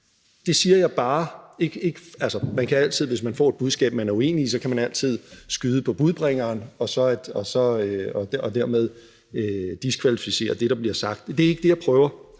Man kan altid, hvis man får et budskab, man er uenig i, skyde på budbringeren og dermed diskvalificere det, der bliver sagt, men det er ikke det, jeg prøver